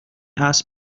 اسب